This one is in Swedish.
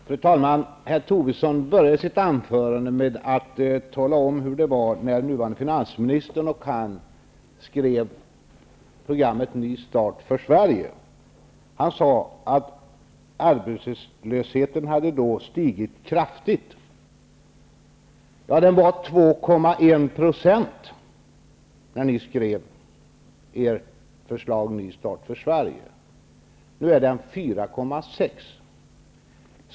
Fru talman! Herr Tobisson började sitt anförande med att tala om hur det var när den nuvarande finansministern och han skrev programmet ''Ny start för Sverige''. Han sade att arbetslösheten då hade stigit kraftigt. Ja, den var 2,1 % när ni skrev förslaget ''Ny start för Sverige''. Nu är den 4,6 %.